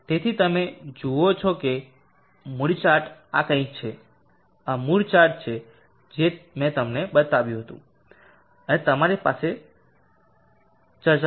તેથી તમે જુઓ છો કે મૂડી ચાર્ટ આ કંઈક છે અને આ મૂડ ચાર્ટ છે જે મેં તમને બતાવ્યું અને તમારી સાથે ચર્ચા કરી